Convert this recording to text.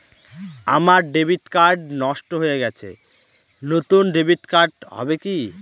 আমার debit card নষ্ট হয়ে গেছে নূতন ডেবিট কার্ড হবে কি?